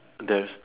there's